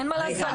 אין מה לעשות.